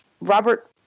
Robert